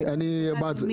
אני אתקזז.